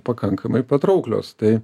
pakankamai patrauklios tai